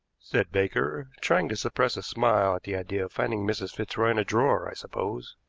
said baker, trying to suppress a smile at the idea of finding mrs. fitzroy in a drawer, i suppose.